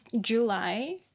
July